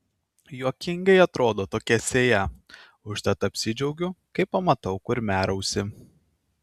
juokingai atrodo tokia sėja užtat apsidžiaugiu kai pamatau kurmiarausį